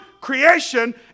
Creation